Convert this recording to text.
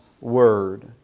word